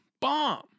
Bomb